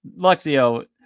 Luxio